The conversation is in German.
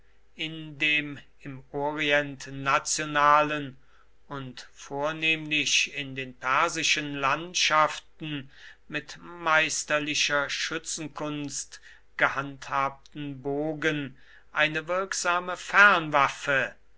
in dem im orient nationalen und vornehmlich in den persischen landschaften mit meisterlicher schützenkunst gehandhabten bogen eine wirksame